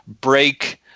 break